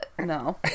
no